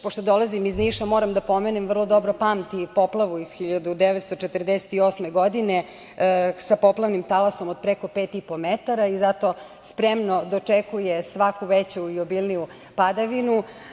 Pošto dolazim iz Niša, moram da pomenem da Niš vrlo dobro pamti poplavu iz 1948. godine, sa poplavnim talasom od preko 5,5 metara i zato spremno dočekuje svaku veću i obilniju padavinu.